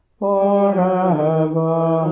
forever